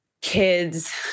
kids